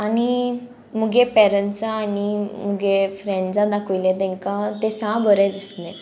आनी मुगे पेरंट्सां आनी मुगे फ्रेंड्सां दाखयलें तेंकां तें सा बरें दिसलें